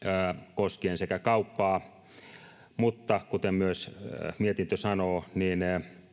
koskien sekä kauppaa mutta kuten myös mietintö sanoo myös